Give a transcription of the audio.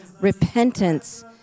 repentance